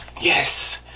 Yes